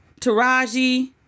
Taraji